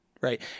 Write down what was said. right